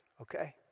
okay